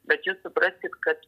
bet jūs supraskit kad